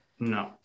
No